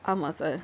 ஆமாம் சார்